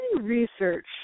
research